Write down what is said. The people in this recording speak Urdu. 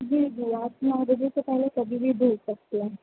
جی جی آپ نو بجے سے پہلے کبھی بھی دُھل سکتے ہیں